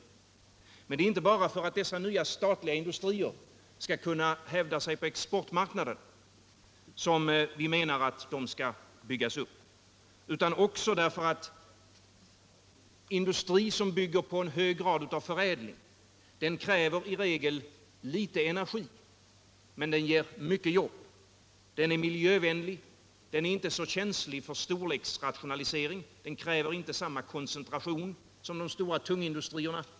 Men det är inte bara för att dessa nya statliga industrier skall kunna hävda sig på exportmarknaden som vi menar att de skall byggas upp, utan också därför att industri som bygger på en hög grad av förädling i regel kräver litet energi men ger mycket jobb. Den är miljövänlig, den är inte så känslig för storleksrationalisering, den kräver inte samma koncentration som de stora tunga industrierna.